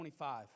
25